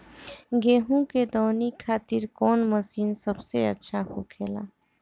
गेहु के दऊनी खातिर कौन मशीन सबसे अच्छा होखेला?